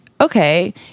okay